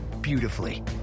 beautifully